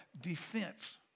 defense